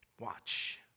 watch